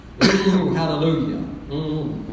Hallelujah